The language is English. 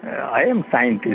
i am a scientist.